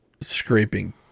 scraping